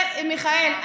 מיכאל,